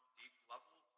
deep-level